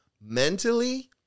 Mentally